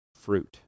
fruit